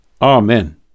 Amen